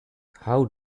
how